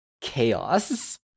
chaos